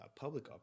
public